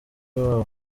wabo